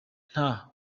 nta